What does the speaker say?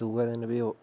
दूऐ दिन फ्ही ओह्